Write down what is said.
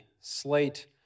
slate